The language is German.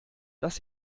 dass